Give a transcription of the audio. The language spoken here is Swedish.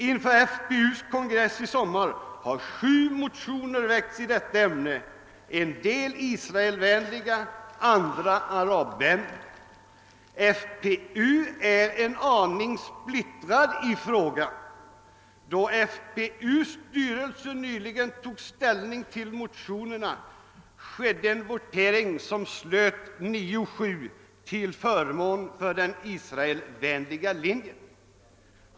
Inför FPU:s kongress i sommar har sju motioner väckts i detta ämne, en del israelvänliga, andra arabvänliga. FPU är en aning splittrat i frågan. Då FPU:s styrelse nyligen tog ställning till motionerna, skedde en votering, som slöt 9—7 till förmån för den Israel-vänliga linjen.